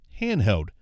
handheld